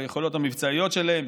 ביכולות המבצעיות שלהן,